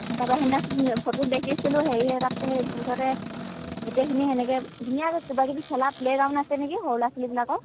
তাপা সেইদিনাচোন ফটোত দেখিছিলো হেৰিহে তাত সেই মুঠতে গোটেইখিনিয়ে তেনেকৈ ধুনীয়াকৈ কিবা কিবি খেলা প্লে'গ্ৰউণ্ড আছে নেকি সৰু ল'ৰা ছোৱালীবিলাকৰ